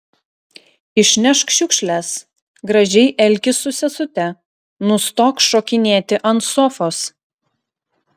išnešk šiukšles gražiai elkis su sesute nustok šokinėti ant sofos